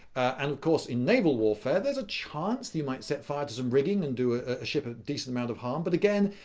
and of course in naval warfare, there's a chance that you might set fire to some rigging and do ah a ship a decent amount of harm, but again,